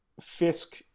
Fisk